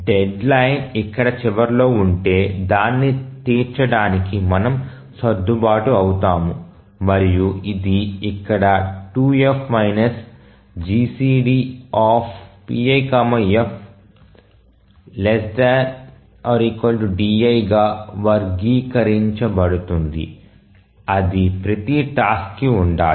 deadline ఇక్కడ చివరలో ఉంటే దాన్ని తీర్చడానికి మనము సర్దుబాటు అవుతాము మరియు అది ఇక్కడ 2F GCDpif ≤ di గా వ్యక్తీకరించబడుతుంది అది ప్రతి టాస్క్ కి ఉండాలి